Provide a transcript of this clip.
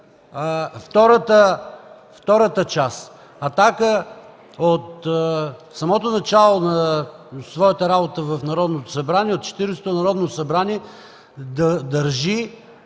втората част. „Атака” от самото начало на своята работа в Народното събрание, от Четиридесетото Народно събрание държи